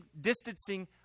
distancing